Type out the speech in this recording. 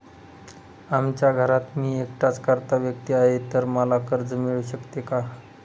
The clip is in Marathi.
आमच्या घरात मी एकटाच कर्ता व्यक्ती आहे, तर मला कर्ज मिळू शकते का?